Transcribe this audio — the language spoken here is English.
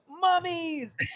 Mummies